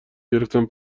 گرفتم